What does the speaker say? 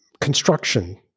construction